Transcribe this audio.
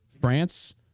France